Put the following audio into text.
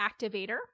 Activator